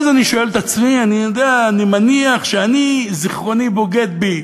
אז אני שואל את עצמי, אני מניח שזיכרוני בוגד בי